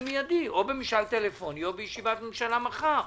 מיידי או במשאל טלפוני או בישיבת ממשלה מחר.